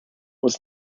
was